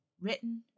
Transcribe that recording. written